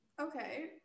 okay